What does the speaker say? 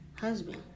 husband